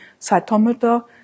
cytometer